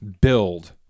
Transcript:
build